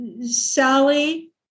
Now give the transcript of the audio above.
Sally